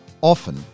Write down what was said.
Often